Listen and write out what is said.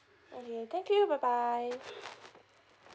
okay thank you bye bye